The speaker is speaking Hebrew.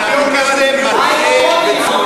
הנתון הזה מטעה בצורה קיצונית.